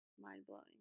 mind-blowing